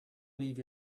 leave